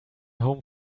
home